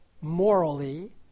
morally